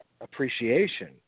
appreciation